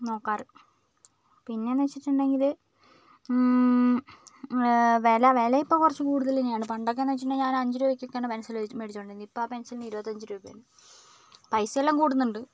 നോക്കാറ് പിന്നെന്ന് വെച്ചിട്ടുണ്ടെങ്കിൽ വില വിലയിപ്പം കുറച്ച് കൂടുതൽ തന്നെയാണ് പണ്ടൊക്കെന്ന് വെച്ചിട്ടുണ്ടെങ്കിൽ ഞാൻ അഞ്ചു രൂപക്ക് ഒക്കെയാണ് പെൻസില് മേടിച്ച് മേടിച്ചോണ്ടിരുന്നത് ഇപ്പോൾ ആ പെൻസിലിന് ഇരുപത്തിയഞ്ച് രൂപയാണ് പൈസയെല്ലാം കൂടുന്നുണ്ട്